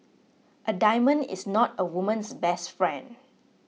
a diamond is not a woman's best friend